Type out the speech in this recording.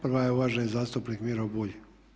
Prva je uvaženi zastupnik Miro Bulj.